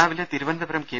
രാവിലെ തിരുവനന്തപുരം കെ